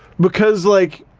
because like,